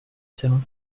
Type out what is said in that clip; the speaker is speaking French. salon